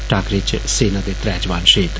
टाकरे च सेना दे त्रै जवान शहीद